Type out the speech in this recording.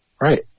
right